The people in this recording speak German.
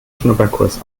schnupperkurs